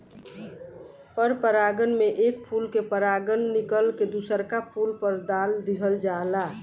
पर परागण में एक फूल के परागण निकल के दुसरका फूल पर दाल दीहल जाला